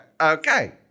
Okay